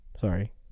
Sorry